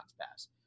pass